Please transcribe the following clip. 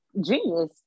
genius